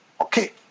Okay